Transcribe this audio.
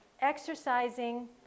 exercising